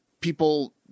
people